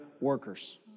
workers